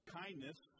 kindness